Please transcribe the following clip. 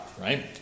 right